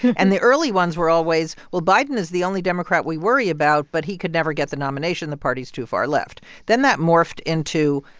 and the early ones were always, well, biden is the only democrat we worry about. but he could never get the nomination. the party's too far left. then that morphed into,